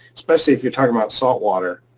especially if you're talking about salt water,